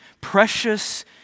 Precious